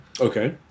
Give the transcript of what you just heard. okay